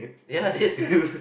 ya this is